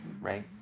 Right